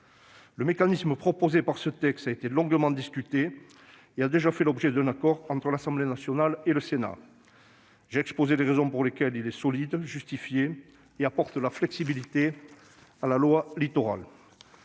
Le mécanisme proposé par ce texte a été longuement discuté et a déjà fait l'objet d'un accord avec l'Assemblée nationale. J'ai exposé les raisons pour lesquelles il est solide, justifié et apporte de la flexibilité à la loi Littoral.